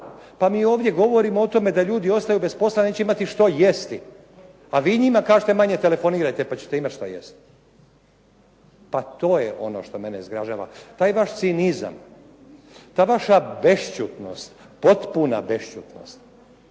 Pa mi ovdje govorim o tome, da ljudi ostaju bez posla neće imati što jesti, a vi njima kažete manje telefonirajte pa ćete imati što jesti. Pa to je ono što mene zgražava, taj vaš cinizam, ta vaša bešćutnost, potpuna bešćutnost.